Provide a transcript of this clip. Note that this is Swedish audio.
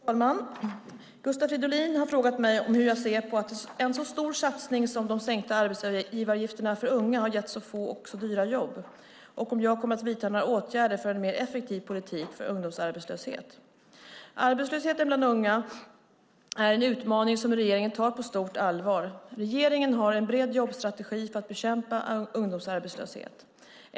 Fru talman! Gustav Fridolin har frågat mig hur jag ser på att en så stor satsning som de sänkta arbetsgivaravgifterna för unga har gett så få och så dyra jobb och om jag kommer att vidta några åtgärder för en mer effektiv politik för ungdomsarbetslöshet. Arbetslösheten bland unga är en utmaning som regeringen tar på stort allvar. Regeringen har en bred jobbstrategi för att bekämpa ungdomsarbetslöshet.